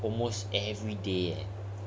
almost every day eh